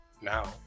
Now